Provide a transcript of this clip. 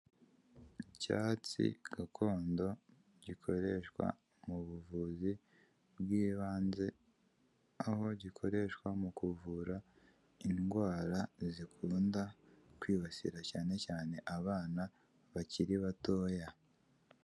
Icyatsi gakondo gikoreshwa mu buvuzi bw'ibanze, aho gikoreshwa mu kuvura indwara zikunda kwibasira cyane cyane abana bakiri batoya.